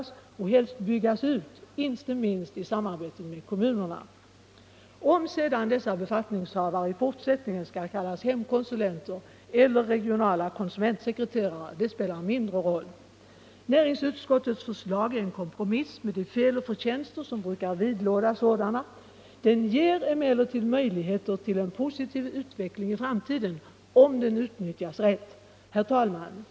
Helst bör deras verksamhet byggas ut, inte minst i samarbete med kommunerna. Om sedan dessa befattningshavare i fortsättningen skall kallas hemkonsulenter eller regionala konsumentsekreterare spelar mindre roll. Näringsutskottets förslag är en kompromiss med de fel och förtjänster som brukar vidlåda sådana. Denna kompromiss ger emellertid möjligheter till en positiv utveckling i framtiden, om den utnyttjas rätt. Herr talman!